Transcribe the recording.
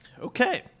Okay